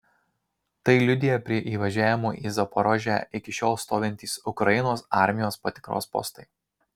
tai liudija prie įvažiavimų į zaporožę iki šiol stovintys ukrainos armijos patikros postai